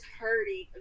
hurting